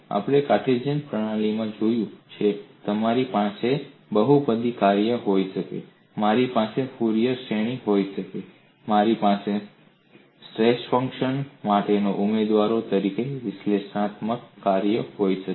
આપણે Cartesian coordinate પ્રણાલીમાં જોયું છે મારી પાસે બહુપદીય કાર્યો હોઈ શકે છે મારી પાસે ફૌરિયર શ્રેણી હોઈ શકે છેમારી પાસે સ્ટ્રેસ ફંક્શન માટેના ઉમેદવારો તરીકે વિશ્લેષણાત્મક કાર્યો હોઈ શકે છે